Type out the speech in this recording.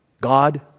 God